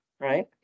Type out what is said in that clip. right